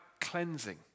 cleansing